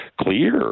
clear